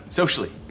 socially